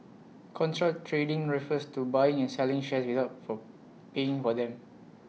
contra trading refers to buying and selling shares without for paying for them